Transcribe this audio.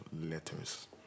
letters